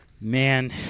Man